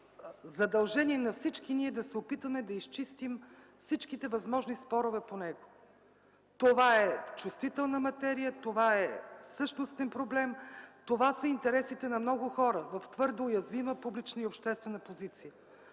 задължение на всички ни е да се опитаме да изчистим всички възможни спорове по него. Това е чувствителна материя, това е същностен проблем, това са интересите на много хора в твърде уязвима, публична и обществена позиция.